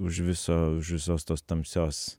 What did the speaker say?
už viso už visos tos tamsios